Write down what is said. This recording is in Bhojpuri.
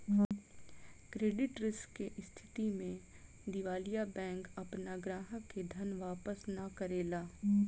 क्रेडिट रिस्क के स्थिति में दिवालिया बैंक आपना ग्राहक के धन वापस ना करेला